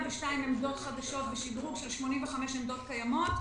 עמדות חדשות ושדרוג של 85 עמדות קיימות.